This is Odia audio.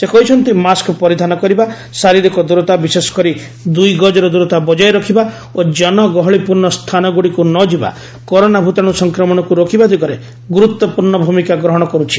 ସେ କହିଛନ୍ତି ମାସ୍କ ପରିଧାନ କରିବା ଶାରୀରିକ ଦୂରତା ବିଶେଷ କରି ଦୁଇ ଗଜର ଦୂରତା ବଜାୟ ରଖିବା ଓ କନଗହଳିପୂର୍ଣ୍ଣ ସ୍ଥାନଗୁଡ଼ିକୁ ନ ଯିବା କରୋନା ଭୂତାଣୁ ସଂକ୍ରମଣକୁ ରୋକିବା ଦିଗରେ ଗୁରୁତ୍ୱପୂର୍ଣ୍ଣ ଭୂମିକା ଗ୍ରହଣ କରୁଛି